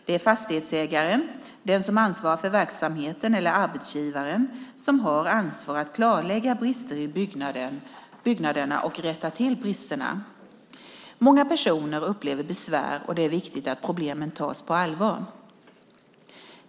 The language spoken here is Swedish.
Det är fastighetsägaren, den som ansvarar för verksamheten eller arbetsgivaren som har ansvar för att klarlägga brister i byggnaden och rätta till bristerna. Många personer upplever besvär, och det är viktigt att problemen tas på allvar.